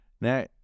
Now